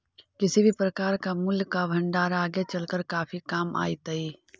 किसी भी प्रकार का मूल्य का भंडार आगे चलकर काफी काम आईतई